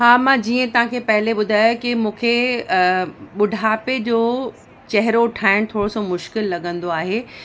हा मां जीअं तव्हांखे पहिले ॿुधायो की मूंखे ॿुढापे जो चहिरो ठाहिण थोरो सो मुश्किलु लॻंदो आहे